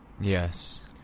Yes